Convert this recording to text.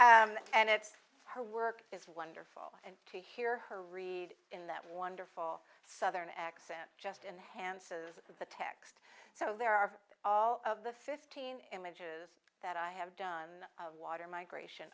book and it's her work is wonderful and to hear her read in that wonderful southern accent just in the hands of the text so there are all of the fifteen images that i have done water migration